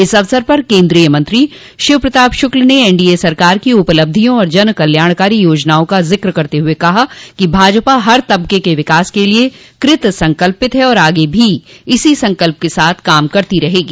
इस अवसर पर केन्द्रीय मंत्री शिव प्रताप श्क्ल ने एनडीए सरकार की उपलब्धियों और जनकल्याणकारी योजनाओं का जिक्र करते हुए कहा कि भाजपा हर तबके के विकास के लिये कृत संकल्पित है और आगे भी इसी संकल्प के साथ काम करती रहेगी